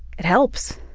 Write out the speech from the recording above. it helps.